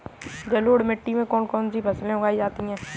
जलोढ़ मिट्टी में कौन कौन सी फसलें उगाई जाती हैं?